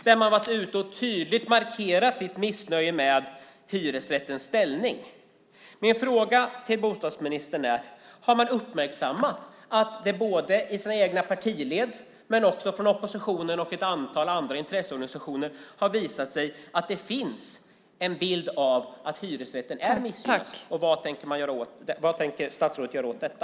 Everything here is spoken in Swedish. De har tydligt markerat sitt missnöje med hyresrättens ställning. Min fråga till bostadsministern är: Har man uppmärksammat att det både i sina egna partiled och från oppositionen och ett antal andra intresseorganisationer finns en bild av att hyresrätten är missgynnad, och vad tänker statsrådet göra åt detta?